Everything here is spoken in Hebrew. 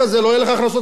לא יהיו לך הכנסות ממסים.